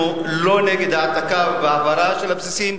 אנחנו לא נגד העתקה והעברה של הבסיסים,